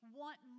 want